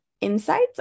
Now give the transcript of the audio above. insights